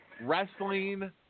Wrestling